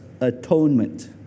atonement